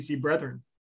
brethren